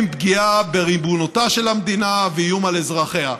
פגיעה בריבונותה של המדינה ואיום על אזרחיה.